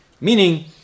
meaning